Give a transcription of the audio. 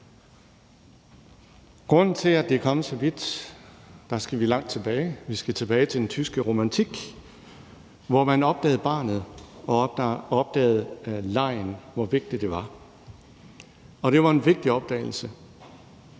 Grunden til, at det er kommet så vidt, ligger langt tilbage. Vi skal tilbage til den tyske romantik, hvor man opdagede barnet og opdagede, hvor vigtig legen var. Det var en vigtig opdagelse.